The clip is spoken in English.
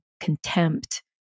contempt